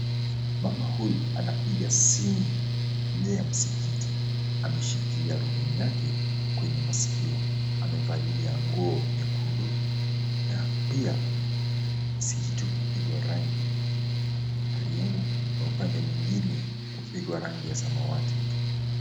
Mama huyu anapiga simu nje ya msikiti, ameshikilia rununu yake kwenye masikio, amevalia nguo nyekundu na pia msikiti umepigwa rangi ya krimu na upande mwengine kupiga rangi ya samawati.